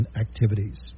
activities